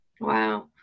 Wow